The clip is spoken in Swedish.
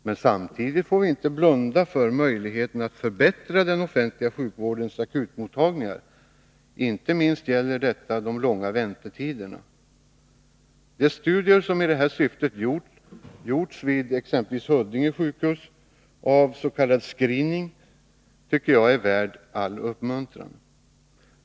Men samtidigt får vi inte blunda för möjligheten att förbättra den offentliga sjukvårdens akutmottagningar — inte minst gäller detta de långa väntetiderna. De studier som i detta syfte gjorts vid exempelvis Huddinge sjukhus av s.k. screening är värda uppmuntran.